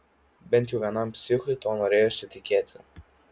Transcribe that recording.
bent jau vienam psichui tuo norėjosi tikėti